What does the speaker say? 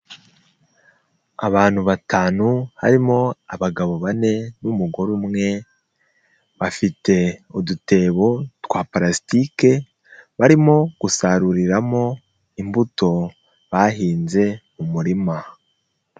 Abantu batanu harimo abagabo bane n'umugore umwe, bafite udutebo twa palasitike, barimo gusaruriramo imbuto bahinze mu murima.